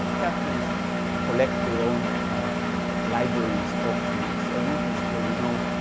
captains collect their own libraries of routes. a route is where, you know